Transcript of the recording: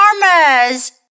farmers